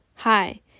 Hi